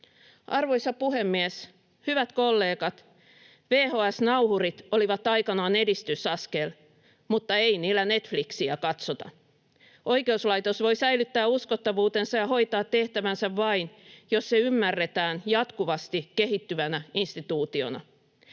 Arvoisa puhemies! Hyvät kollegat! Vhs-nauhurit olivat aikanaan edistysaskel, mutta ei niillä Netflixiä katsota. Oikeuslaitos voi säilyttää uskottavuutensa ja hoitaa tehtävänsä vain, jos se ymmärretään jatkuvasti kehittyvänä instituutiona.